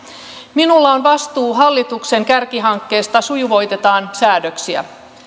minulla on vastuu hallituksen kärkihankkeesta sujuvoitetaan säädöksiä